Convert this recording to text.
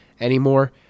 anymore